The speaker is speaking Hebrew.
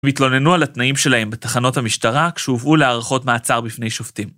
התלוננו על התנאים שלהם בתחנות המשטרה כשהובאו להארכות מעצר בפני שופטים.